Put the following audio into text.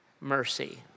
mercy